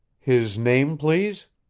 his name, please?